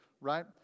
right